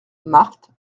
marthe